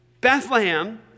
Bethlehem